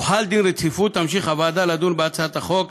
הוחל דין רציפות, תמשיך הוועדה לדון בהצעת החוק,